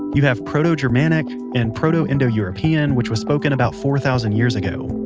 you have proto-germanic, and proto indo-european, which was spoken about four thousand years ago.